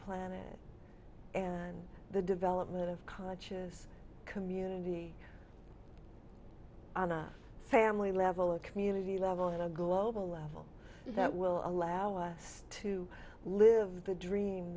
planet and the development of conscious community on a family level a community level and a global level that will allow us to live the dream